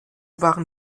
waren